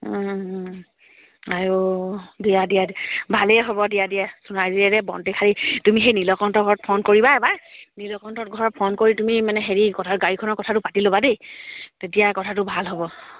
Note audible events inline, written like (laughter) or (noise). আৰু দিয়া দিয়া ভালেই হ'ব দিয়া দিয়া সোণাৰী (unintelligible) তুমি সেই নীলকন্ঠ ঘৰত ফোন কৰিবা এবাৰ নীলকণ্ঠ ঘৰত ফোন কৰি তুমি মানে হেৰি কথা গাড়ীখনৰ কথাটো পাতি ল'বা দেই তেতিয়া কথাটো ভাল হ'ব